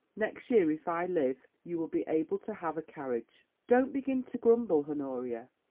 next year, if i live, you will be able to have a carriage. don't begin to grumble, honoria.